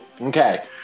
Okay